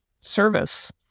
service